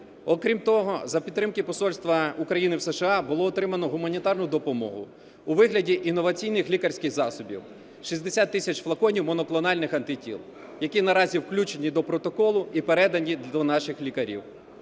Окрім того, за підтримки посольства України в США було отримано гуманітарну допомогу у вигляді інноваційних лікарських засобів 60 тисяч флаконів моноклональних антитіл, які наразі включені до протоколу і передані до наших лікарів.